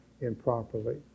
improperly